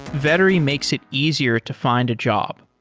vettery makes it easier to find a job.